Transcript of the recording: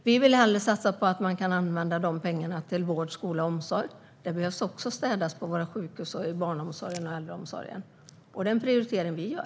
Vi vill hellre satsa de pengarna på vård, skola och omsorg. Det behöver städas även på våra sjukhus, i barnomsorgen och i äldreomsorgen. Det är en prioritering vi gör.